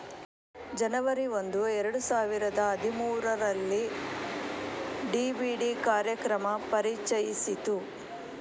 ಜನವರಿ ಒಂದು ಎರಡು ಸಾವಿರದ ಹದಿಮೂರುರಲ್ಲಿ ಡಿ.ಬಿ.ಡಿ ಕಾರ್ಯಕ್ರಮ ಪರಿಚಯಿಸಿತು